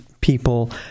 people